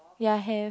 ya have